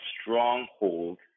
stronghold